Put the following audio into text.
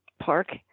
park